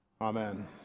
Amen